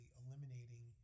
eliminating